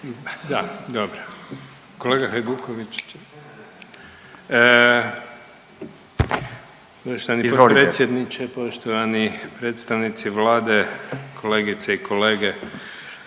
Zvane (Nezavisni)** Poštovani potpredsjedniče, poštovani predstavnici vlade, kolegice i kolege,